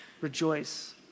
rejoice